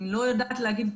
אני לא יודעת להגיד.